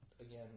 Again